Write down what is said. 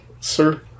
sir